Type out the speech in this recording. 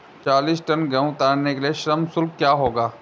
चालीस टन गेहूँ उतारने के लिए श्रम शुल्क क्या होगा?